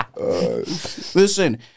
Listen